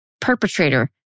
perpetrator